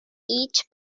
each